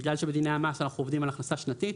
בגלל שבדיני המס אנחנו עובדים על הכנסה שנתית,